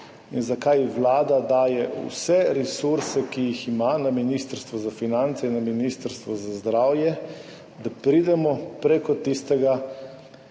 in zakaj Vlada daje vse resurse, ki jih ima na Ministrstvu za finance in na Ministrstvu za zdravje, da pridemo prek tistega,